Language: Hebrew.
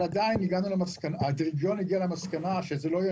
אבל עדיין הדירקטוריון הגיע למסקנה שלא יהיה